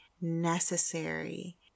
necessary